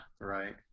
right